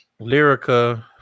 Lyrica